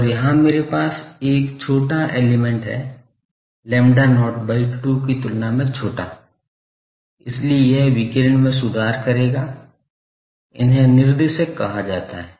और यहां मेरे पास एक छोटा एलिमेंट है lambda not by 2 की तुलना में छोटा इसलिए यह विकिरण में सुधार करेगा इन्हें निर्देशक कहा जाता है